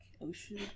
ocean